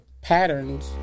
patterns